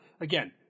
again